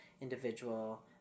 individual